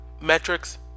metrics